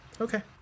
Okay